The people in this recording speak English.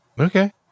Okay